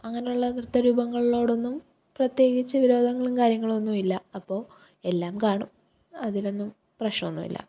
അങ്ങനെയുള്ള നൃത്ത രൂപങ്ങളോടൊന്നും പ്രത്യേകിച്ച് വിരോധങ്ങളും കാര്യങ്ങളുമൊന്നുമില്ല അപ്പോൾ എല്ലാം കാണും അതിലൊന്നും പ്രശ്നമൊന്നുമില്ല